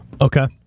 Okay